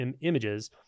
images